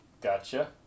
Gotcha